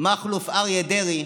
מכלוף אריה דרעי,